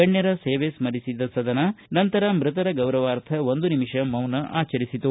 ಗಣ್ಯರ ಸೇವೆ ಸ್ಥರಿಸಿದ ಸದನ ನಂತರ ಮೃತರ ಗೌರವಾರ್ಥ ಒಂದು ನಿಮಿಷ ಮೌನ ಆಚರಿಸಿತು